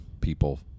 people